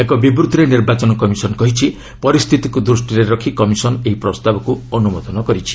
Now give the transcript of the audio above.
ଏକ ବିବୃତ୍ତିରେ ନିର୍ବାଚନ କମିଶନ କହିଛି ପରିସ୍ଥିତିକୁ ଦୃଷ୍ଟିରେ ରଖି କମିଶନ୍ ଏହି ପ୍ରସ୍ତାବକୁ ଅନ୍ତମୋଦନ କରିଛି